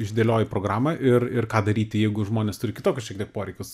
išdėlioji programą ir ir ką daryti jeigu žmonės turi kitokius šiek tiek poreikius